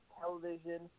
television